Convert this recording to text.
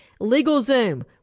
LegalZoom